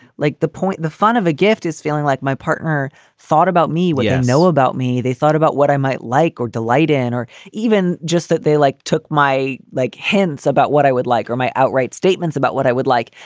like the point, the fun of a gift is feeling like my partner thought about me when i yeah know about me. they thought about what i might like or delight in, or even just that they like took my like hints about what i would like or my outright statements about what i would like.